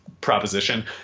proposition